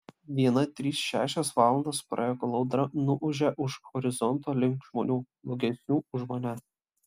viena trys šešios valandos praėjo kol audra nuūžė už horizonto link žmonių blogesnių už mane